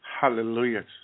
Hallelujah